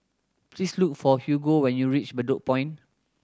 please look for Hugo when you reach Bedok Point